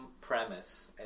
premise